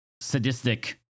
sadistic